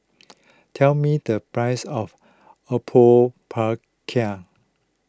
tell me the price of Apom Berkuah